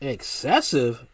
Excessive